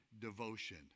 devotion